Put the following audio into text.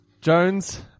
Jones